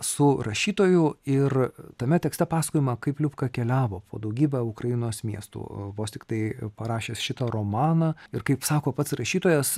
su rašytoju ir tame tekste pasakojama kaip liubka keliavo po daugybę ukrainos miestų vos tiktai parašęs šitą romaną ir kaip sako pats rašytojas